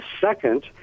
Second